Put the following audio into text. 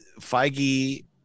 Feige